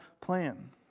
plan